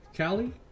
Callie